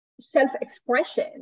self-expression